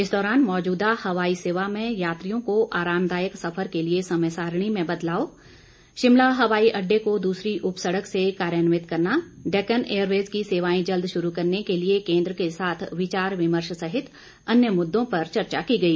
इस दौरान मौजूदा हवाई सेवा में यात्रियों को आरामदायक सफर के लिए समय सारिणी में बदलाव शिमला हवाई अड्डे को दूसरी उप सड़क से कार्यान्वित करना डेकन ऐयरवेज की सेवाएं जल्द शुरू करने के लिए केंद्र के साथ विचार विमर्श सहित अन्य मुद्दों पर चर्चा की गई